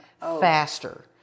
faster